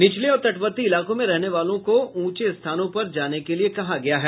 निचले और तटवर्ती इलाकों में रहने वालों को ऊंचे स्थानों पर जाने को कहा गया है